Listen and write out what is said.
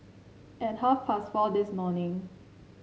at half past four this morning